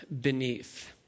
beneath